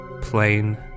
plain